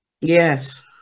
Yes